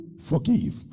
forgive